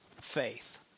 faith